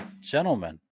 gentlemen